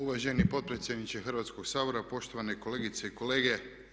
Uvaženi potpredsjedniče Hrvatskog sabora, poštovane kolegice i kolege.